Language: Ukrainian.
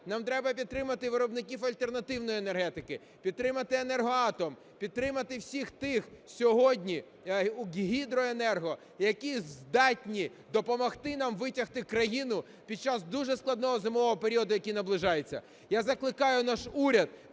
нам треба підтримати виробників альтернативної енергетики, підтримати Енергоатом, підтримати всіх тих сьогодні, Гідроенерго, які здатні допомогти нам витягти країну під час дуже складного зимового періоду, який наближається. Я закликаю наш уряд